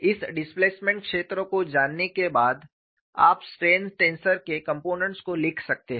इस डिस्प्लेसमेंट क्षेत्र को जानने के बाद आप स्ट्रेन टेंसर के कम्पोनेंट्स को लिख सकते हैं